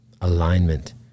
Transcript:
Alignment